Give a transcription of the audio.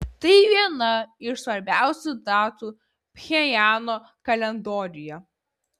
tai viena iš svarbiausių datų pchenjano kalendoriuje